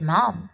Mom